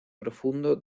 profundo